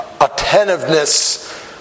attentiveness